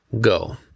Go